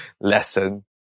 lesson